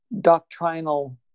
doctrinal